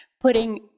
putting